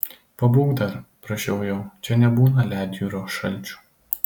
pabūk dar prašiau jo čia nebūna ledjūrio šalčių